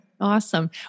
Awesome